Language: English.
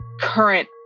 current